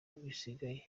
bisigaye